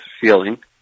feeling